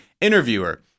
interviewer